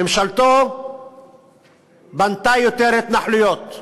ממשלתו בנתה יותר התנחלויות,